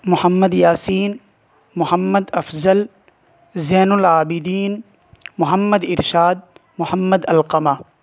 Muhammad Yasin Muhammad Afzal Zain ul Abidin Muhammad Irshad Muhammad Alqama